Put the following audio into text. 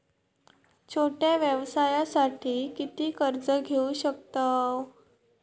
छोट्या व्यवसायासाठी किती कर्ज घेऊ शकतव?